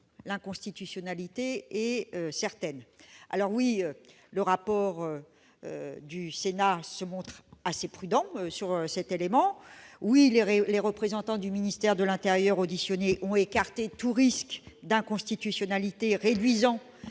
l'inconstitutionnalité est certaine ... Certes, le rapport du Sénat se montre assez prudent sur ce point, et les représentants du ministère de l'intérieur auditionnés ont écarté tout risque d'inconstitutionnalité, réduisant